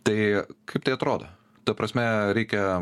tai kaip tai atrodo ta prasme reikia